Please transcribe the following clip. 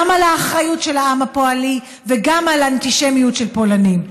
גם על האחריות של העם הפולני וגם על אנטישמיות של פולנים.